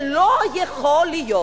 שלא יכול להיות,